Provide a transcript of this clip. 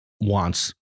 wants